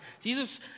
Jesus